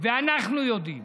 ואנחנו יודעים